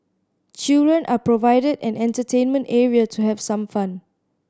children are provided an entertainment area to have some fun